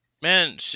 man